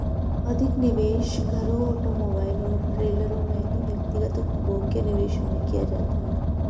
अधिक निवेश घरों ऑटोमोबाइल और ट्रेलरों महंगे व्यक्तिगत उपभोग्य निवेशों में किया जाता है